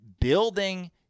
building